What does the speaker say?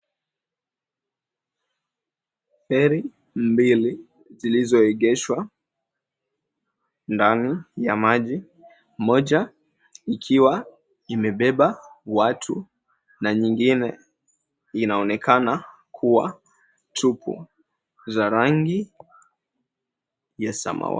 Feri mbili zilizoegeshwa ndani ya maji, moja ikiwa imebeba watu na nyingine inaonekana kuwa tupu za rangi ya samawati.